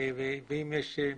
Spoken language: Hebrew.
ולראות האם ישנם